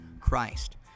Christ